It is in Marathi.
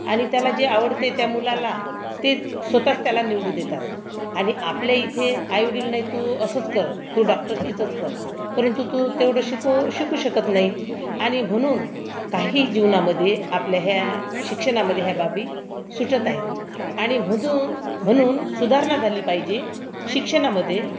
आणि त्याला जे आवडते त्या मुलाला ते स्वतःच त्याला निवडू देतात आणि आपल्या इथे आईवडील नाही तू असंच कर तू डॉक्टरकीचंच कर परंतु तू तेवढं शिकू शिकू शकत नाही आणि म्हणून काही जीवनामध्ये आपल्या ह्या शिक्षणामध्ये ह्या बाबी सुटत आहे आणि मधून म्हणून सुधारणा झाली पाहिजे शिक्षणामध्ये